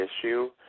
issue